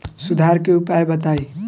सुधार के उपाय बताई?